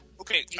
Okay